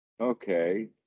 Okay